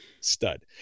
stud